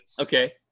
Okay